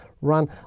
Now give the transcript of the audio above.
run